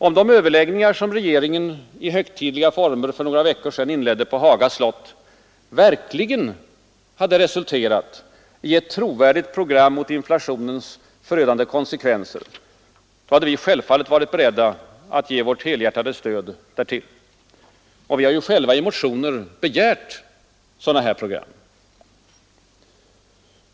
Om de överläggningar som regeringen i högtidliga former för några veckor sedan inledde på Haga slott verkligen hade resulterat i ett trovärdigt program mot inflationens förödande konsekvenser, hade vi självfallet varit beredda att ge vårt helhjärtade stöd därtill. Vi har ju själva i våra motioner begärt sådana program.